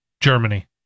germany